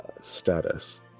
status